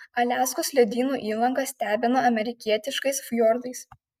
aliaskos ledynų įlanka stebina amerikietiškais fjordais